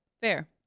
Fair